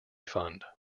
fund